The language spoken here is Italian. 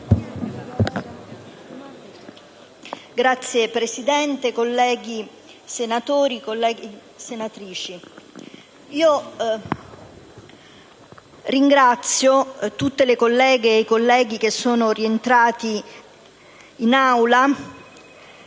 Signor Presidente, colleghi senatori, colleghe senatrici, ringrazio tutte le colleghe e i colleghi che sono rientrati in Aula